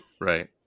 Right